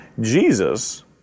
Jesus